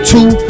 Two